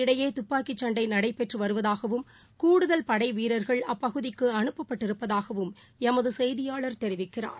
இடையேதுப்பாக்கிசண்டைநடைபெற்றுவருவதாகவும் இருதரப்புக்கும் கூடுதல் படைவீரர்கள் அப்பகுதிக்கு அனுப்ப்பட்டிருப்பதாகவும் எமதுசெய்தியாளர் தெரிவிக்கிறார்